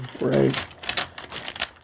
Right